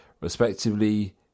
respectively